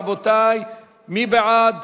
רבותי, מי בעד?